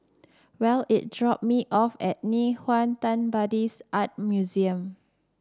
Well is drop me off at Nei Xue Tang Buddhist Art Museum